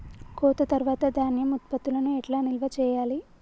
కోత తర్వాత ధాన్యం ఉత్పత్తులను ఎట్లా నిల్వ చేయాలి?